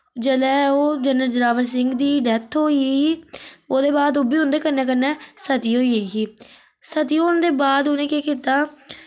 जिल्लै ओ जनरल जोरावर सिंह दी डैथ होई ही ओह्दे बाद ओह् बि कन्नै कन्नै सती होइयी ही सती होने दे बाद उ'नै केह् कीत्ता